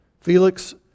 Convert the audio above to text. Felix